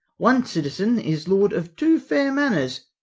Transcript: one citizen, is lord of two fair manors,